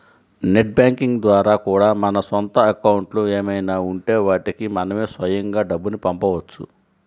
net banking ద్వారా కూడా మన సొంత అకౌంట్లు ఏమైనా ఉంటే వాటికి మనమే స్వయంగా డబ్బుని పంపవచ్చు